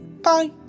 bye